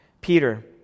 Peter